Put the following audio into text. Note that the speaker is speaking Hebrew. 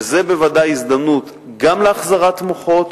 וזו בוודאי ההזדמנות גם להחזרת מוחות